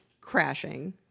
Crashing